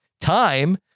time